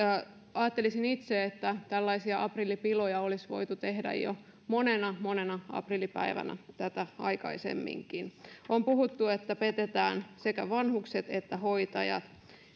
ajattelisin itse että tällaisia aprillipiloja olisi voitu tehdä jo monena monena aprillipäivänä tätä aikaisemminkin on puhuttu että petetään sekä vanhukset että hoitajat